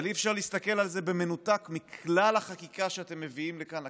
אבל אי-אפשר להסתכל על זה במנותק מכלל החקיקה שאתם מביאים לכאן,